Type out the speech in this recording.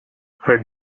her